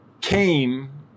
came